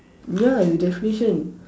ya with definition